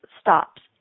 stops